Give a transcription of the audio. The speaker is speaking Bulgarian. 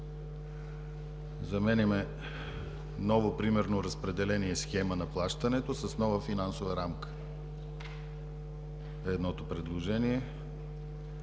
Заменяме „ново примерно разпределение, схема на плащането“ с „нова финансова рамка“ е едното предложение.